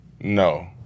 no